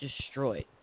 destroyed